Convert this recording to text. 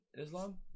Islam